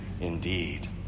indeed